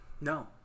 No